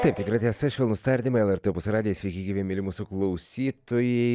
taip tikra tiesa švelnūs tardymai lrt opus radijas sveiki gyvi mieli mūsų klausytojai